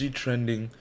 trending